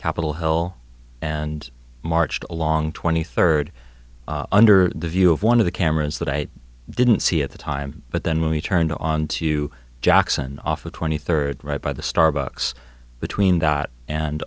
capitol hill and marched along twenty third under the view of one of the cameras that i didn't see at the time but then we turned onto jackson off the twenty third right by the starbucks between dot and